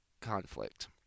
conflict